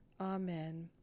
Amen